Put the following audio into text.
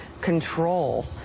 control